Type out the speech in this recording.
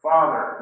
Father